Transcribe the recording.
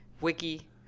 wiki